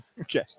Okay